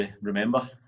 remember